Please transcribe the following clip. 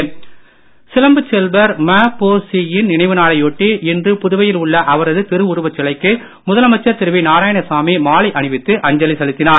சிலம்பு செல்வர் சிலம்பு செல்வர் ம பொ சி யின் நினைவுநாளையொட்டி இன்று புதுவையில் உள்ள அவரது திரு உருவ சிலைக்கு முதலமைச்சர் திரு நாராயணசாமி மாலை அணிவித்து அஞ்சலி செலுத்தினார்